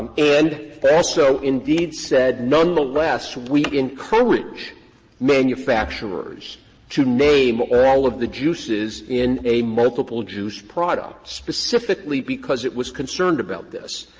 and also, indeed said, nonetheless, we encourage manufacturers to name all of the juices in a multiple juice product specifically because it was concerned about this.